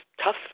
tough